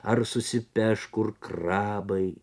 ar susipeš kur krabai